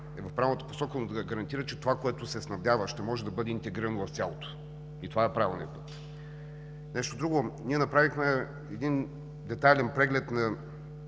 е в правилната посока, да гарантира, че това, което се снабдява, ще може да бъде интегрирано в цялото. Това е правилният път! Нещо друго, ние направихме един детайлен преглед на